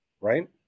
right